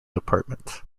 department